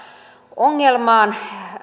ongelmaan